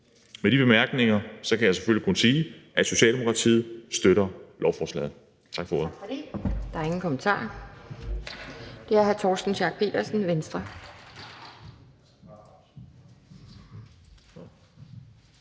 Med de bemærkninger kan jeg selvfølgelig kun sige, at Socialdemokratiet støtter lovforslaget.